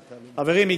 חברים,